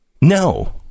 no